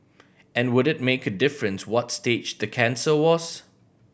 and would it make a difference what stage the cancer was